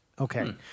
Okay